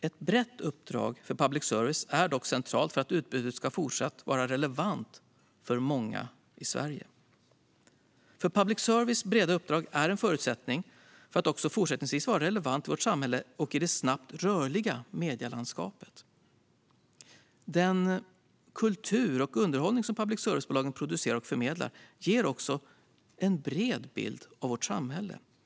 Ett brett uppdrag för public service är dock centralt för att utbudet ska vara fortsatt relevant för många i Sverige. Public services breda uppdrag är en förutsättning för att också fortsättningsvis vara relevant i vårt samhälle och i det snabbt rörliga medielandskapet. Den kultur och underhållning som public service-bolagen producerar och förmedlar ger en bred bild av vårt samhälle.